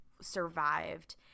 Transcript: survived